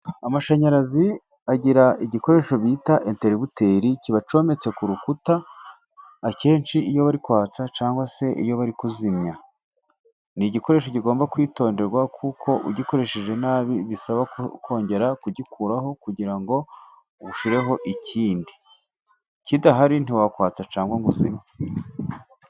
Amashanyarazi agira igikoresho bita enterebuteri, kiba cyometse ku rukuta, akenshi iyo bari kwatsa cyangwa se iyo bari kuzimya. Ni igikoresho kigomba kwitonderwa, kuko ugikoresheje nabi, bisaba kongera kugikuraho kugira ngo ushyireho ikindi. Kidahari ntiwakwatsa cyangwa ngo ubuzimye.